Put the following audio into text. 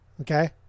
Okay